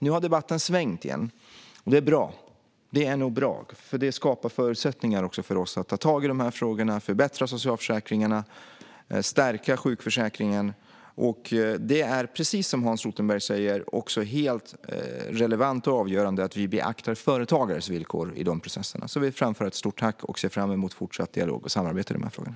Nu har debatten svängt igen, och det är bra. Det skapar förutsättningar för oss att ta tag i de här frågorna, förbättra socialförsäkringarna och stärka sjukförsäkringen. Det är, precis som Hans Rothenberg säger, också helt relevant och avgörande att vi beaktar företagares villkor i de processerna. Jag vill därför framföra ett stort tack och ser fram emot fortsatt dialog och samarbete i de här frågorna.